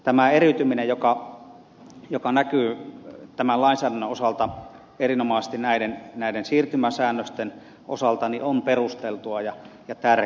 tämä eriytyminen joka näkyy tämän lainsäädännön osalta erinomaisesti näiden siirtymäsäännösten osalta on perusteltua ja tärkeää